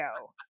go